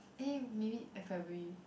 eh maybe February